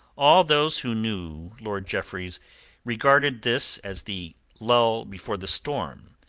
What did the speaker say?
all those who knew lord jeffreys regarded this as the lull before the storm,